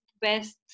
best